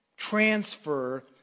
transfer